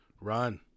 Run